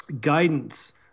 guidance